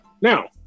Now